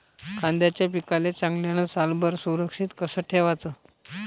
कांद्याच्या पिकाले चांगल्यानं सालभर सुरक्षित कस ठेवाचं?